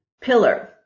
pillar